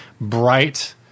bright